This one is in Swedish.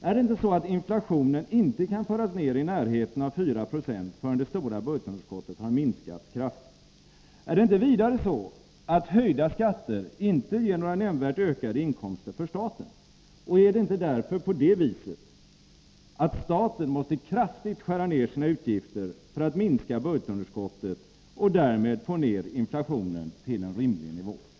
Är det inte så att inflationen inte kan föras ner i närheten av 4 96, förrän det stora budgetunderskottet har minskats kraftigt? Är det inte vidare så att höjda skatter inte ger några nämnvärt ökade inkomster för staten? Och är det inte därför på det viset att staten kraftigt måste skära ner sina utgifter för att minska budgetunderskottet och därmed få ner inflationen till en rimlig nivå?